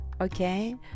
Okay